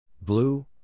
Blue